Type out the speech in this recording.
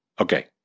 Okay